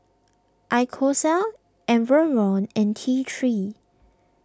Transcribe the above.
Isocal Enervon and T three